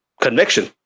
conviction